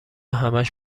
همش